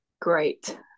great